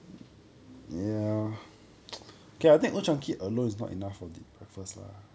caltex and chong keat alone is not enough